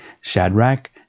Shadrach